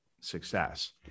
success